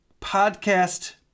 podcast